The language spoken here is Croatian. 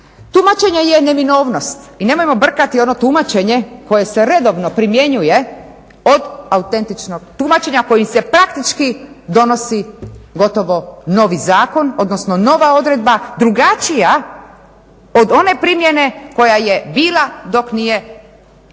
Tumačenje je neminovnost i nemojmo brkati ono tumačenje koje se redovno primjenjuje od autentičnog tumačenja koji se praktički donosi gotovo novi zakon odnosno nova odredba drugačija od one primjene koja je bila dok nije nastupilo na